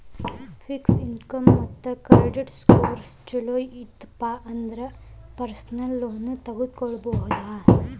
fix income ಮತ್ತ credit scores ಚೊಲೋ ಇತ್ತಪ ಅಂದ್ರ ಪರ್ಸನಲ್ ಲೋನ್ ತೊಗೊಳ್ಳೋದ್ ಉತ್ಮ